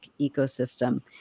ecosystem